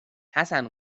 حسن